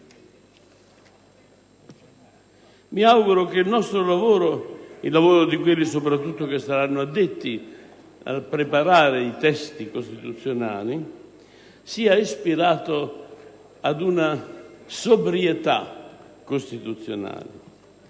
Mi auguro che il nostro lavoro, e soprattutto il lavoro di quelli che saranno addetti a preparare i testi costituzionali, sia ispirato ad una sobrietà costituzionale.